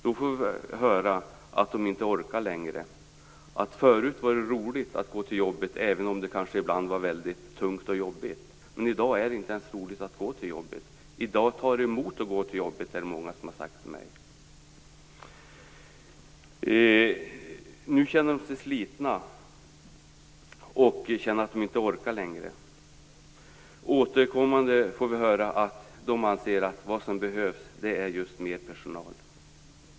Där får vi höra att de inte orkar längre. Förut var det roligt att gå till jobbet, även om det kanske ibland var väldigt tungt och jobbigt. Men i dag är det inte ens roligt att gå till jobbet, utan det tar emot. Det är det många som har sagt till mig. Nu känner de sig slitna och känner att de inte orkar längre. Återkommande får vi höra att de anser att det som behövs är just mer personal.